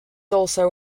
also